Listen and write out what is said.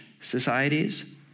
societies